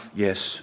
yes